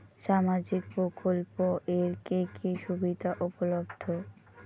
সামাজিক প্রকল্প এর কি কি সুবিধা উপলব্ধ?